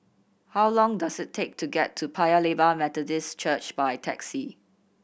how long does it take to get to Paya Lebar Methodist Church by taxi